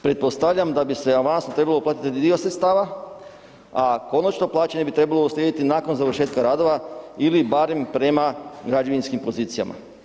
Pretpostavljam da bi se avansno trebalo uplatiti dio sredstava, a konačno plaćanje bi trebalo uslijediti nakon završetka radova ili barem prema građevinskim pozicijama.